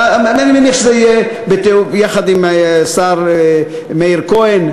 אני מניח שזה יהיה יחד עם השר מאיר כהן,